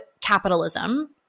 capitalism